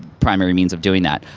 primary means of doing that.